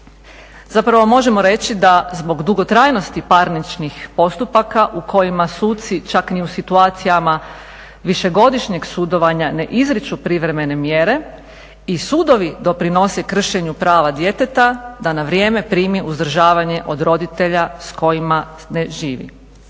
Zapravo možemo reći da zbog dugotrajnosti parničnih postupaka u kojima suci čak ni u situacijama višegodišnjeg sudovanja ne izriču privremene mjere i sudovi doprinose kršenju prava djeteta, da na vrijeme primi uzdržavanje od roditelja s kojima ne živi.